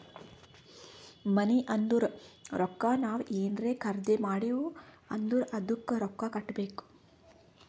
ಮನಿ ಅಂದುರ್ ರೊಕ್ಕಾ ನಾವ್ ಏನ್ರೇ ಖರ್ದಿ ಮಾಡಿವ್ ಅಂದುರ್ ಅದ್ದುಕ ರೊಕ್ಕಾ ಕೊಡ್ಬೇಕ್